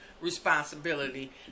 responsibility